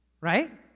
Right